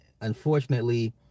unfortunately